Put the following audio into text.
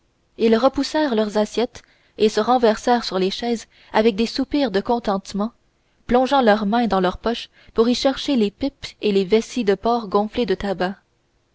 ils repoussèrent leurs assiettes et se renversèrent sur les chaises avec des soupirs de contentement plongeant leurs mains dans leurs poches pour y chercher les pipes et les vessies de porc gonflées de tabac